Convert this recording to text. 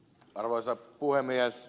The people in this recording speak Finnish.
arvoisa puhemies